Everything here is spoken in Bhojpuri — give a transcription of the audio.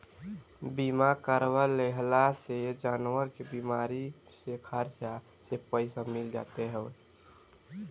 बीमा करवा लेहला से जानवर के बीमारी के खर्चा के पईसा मिल जात हवे